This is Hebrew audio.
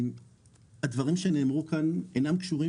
הדברים שנאמרו כאן אינם קשורים